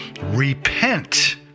repent